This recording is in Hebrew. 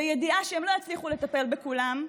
בידיעה שלא יצליחו לטפל בכולם,